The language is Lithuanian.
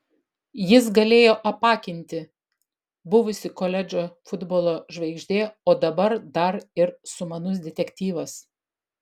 jis galėjo apakinti buvusi koledžo futbolo žvaigždė o dabar dar ir sumanus detektyvas